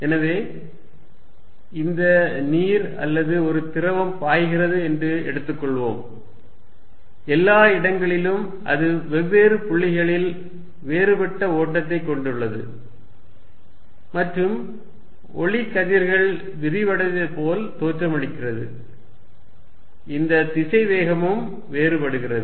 எனவே இந்த நீர் அல்லது ஒரு திரவம் பாய்கிறது என்று எடுத்துக்கொள்வோம் எல்லா இடங்களிலும் அது வெவ்வேறு புள்ளிகளில் வேறுபட்ட ஓட்டத்தை கொண்டுள்ளது மற்றும் ஒளி கதிர்கள் விரிவடைவதை போல தோற்றமளிக்கிறது இந்த திசைவேகமும் வேறுபடுகிறது